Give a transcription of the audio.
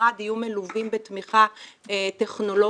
במשרד יהיו מלווים בתמיכה טכנולוגית,